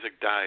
died